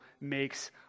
makes